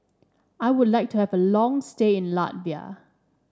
I would like to have a long stay in Latvia